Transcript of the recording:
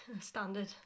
Standard